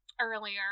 earlier